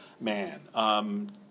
Man